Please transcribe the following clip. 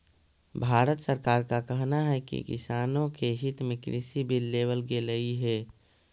भारत सरकार का कहना है कि किसानों के हित में कृषि बिल लेवल गेलई हे